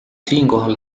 siinkohal